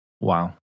Wow